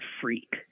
freak